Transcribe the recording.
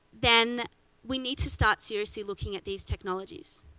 then we need to start seriously looking at these technologies,